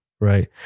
right